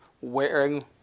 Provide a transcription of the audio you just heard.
wearing